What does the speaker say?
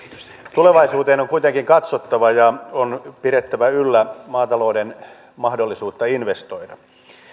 tulevaisuuteen on on kuitenkin katsottava ja on pidettävä yllä maatalouden mahdollisuutta investoida